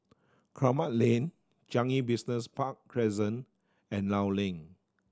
Kramat Lane Changi Business Park Crescent and Law Link